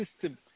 system